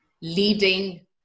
Leading